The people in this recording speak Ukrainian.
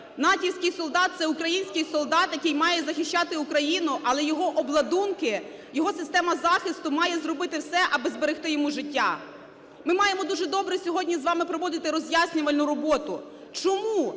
натівський солдат – це український солдати, який має захищати Україну, але його обладунки, його система захисту має зробити все, аби зберегти йому життя. Ми маємо дуже добре сьогодні з вами проводити роз'яснювальну роботу. Чому